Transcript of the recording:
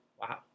wow